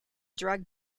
drug